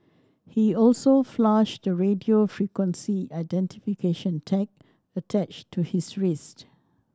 he also flushed the radio frequency identification tag attached to his wrist